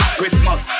Christmas